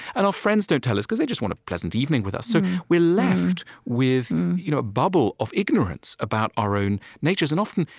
and our friends don't tell us because they just want a pleasant evening with us. so we're left with you know a bubble of ignorance about our own natures. and often,